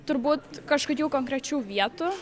turbūt kažkokių konkrečių vietų